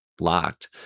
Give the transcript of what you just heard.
locked